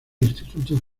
institutos